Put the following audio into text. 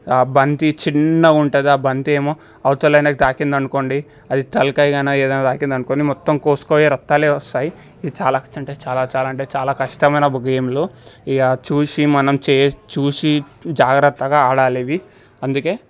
బంతి చిన్నగా ఉంటుంది బంతేమో అవతల ఆయనకి తాకింది అనుకోండి అది తలకాయకు అయినా ఏదయినా తాకింది అనుకోండి మొత్తం కోసుకోయి రక్తాలే వస్తాయి ఇది చాలా అంటే చాలా చాలా అంటే చాలా కష్టమయిన గేమ్లో ఇగ చూసి మనం చే చూసి జాగ్రత్తగా ఆడాలివి అందుకే